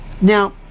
Now